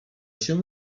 się